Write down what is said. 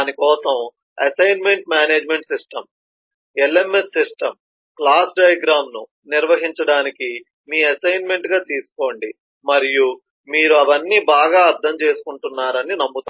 దాని కోసం assignment management system LMS system class diagram ను నిర్వహించడానికి మీ అసైన్మెంట్ గా తీసుకోండి మరియు మీరు అవన్నీ బాగా అర్థం చేసుకుంటున్నారని నమ్ముతాను